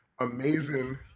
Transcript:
amazing